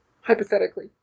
Hypothetically